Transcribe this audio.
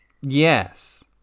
Yes